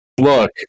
Look